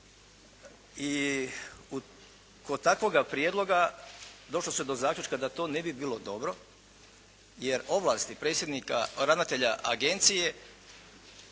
Kod takvoga prijedloga došlo se do zaključka da to ne bi bilo dobro, jer ovlasti predsjednika, ravnatelja agencije